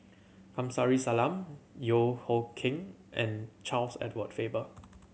Kamsari Salam Yeo Hoe Koon and Charles Edward Faber